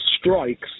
strikes